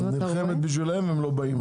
את נלחמת בשבילם, והם לא באים.